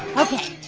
ok.